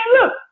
look